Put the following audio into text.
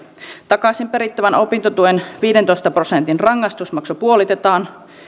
takaisin perittävän opintotuen viidentoista prosentin rangaistusmaksu puolitetaan